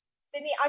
Sydney